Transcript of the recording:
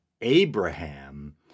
Abraham